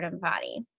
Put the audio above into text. body